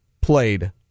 played